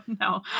no